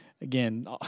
again